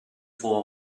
for